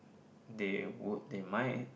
they would they might